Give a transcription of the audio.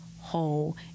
whole